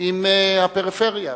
עם הפריפריה.